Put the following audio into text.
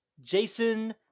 Jason